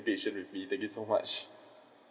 patience with me thank you so much